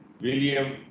William